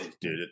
Dude